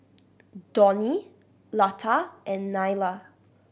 Dhoni Lata and Neila